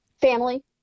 Family